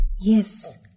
yes